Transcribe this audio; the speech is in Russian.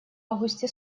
августе